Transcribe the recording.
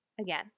again